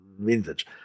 vintage